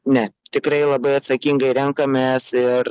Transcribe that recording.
ne tikrai labai atsakingai renkamės ir